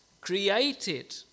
created